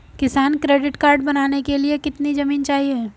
किसान credit card बनाने के लिए कितनी जमीन चाहिए?